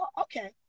okay